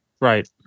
Right